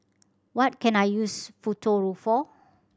what can I use Futuro for